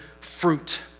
fruit